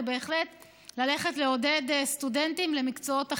זה בהחלט לעודד סטודנטים ללכת למקצועות אחרים.